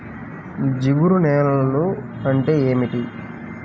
జిగురు నేలలు అంటే ఏమిటీ?